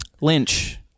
Lynch